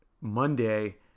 Monday